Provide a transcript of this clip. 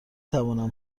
توانم